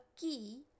key